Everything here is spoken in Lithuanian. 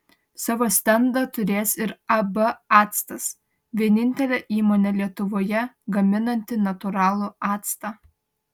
savo stendą turės ir ab actas vienintelė įmonė lietuvoje gaminanti natūralų actą